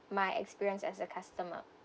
my experience as a customer